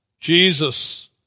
Jesus